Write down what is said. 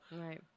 Right